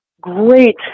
great